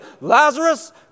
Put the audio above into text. Lazarus